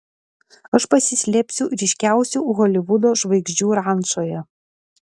aš pasislėpsiu ryškiausių holivudo žvaigždžių rančoje